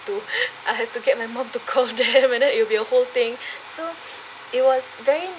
to I'll have to get my mum to call them and then it'll be a whole thing so it was very